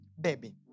baby